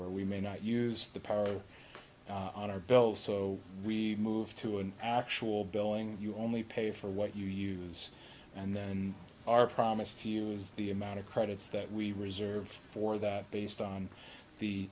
where we may not use the power on our bill so we move to an actual billing you only pay for what you use and then our promise to use the amount of credits that we reserve for that based on the